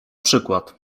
przykład